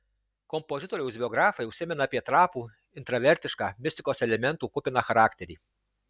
kompozitoriaus biografai užsimena apie trapų intravertišką mistikos elementų kupiną charakterį